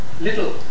little